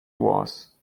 was